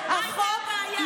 מה הייתה הבעיה?